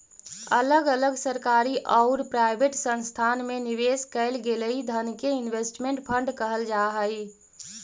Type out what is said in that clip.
अलग अलग सरकारी औउर प्राइवेट संस्थान में निवेश कईल गेलई धन के इन्वेस्टमेंट फंड कहल जा हई